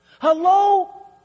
Hello